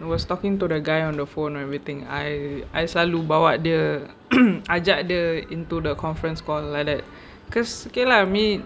I was talking to the guy on the phone and everything I selalu bawa dia ajak dia into the conference call like that because okay lah me